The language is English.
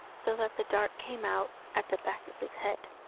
so that the dart came out at the back of his head.